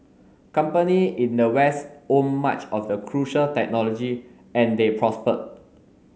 company in the west owned much of the crucial technology and they prospered